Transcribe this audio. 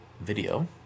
video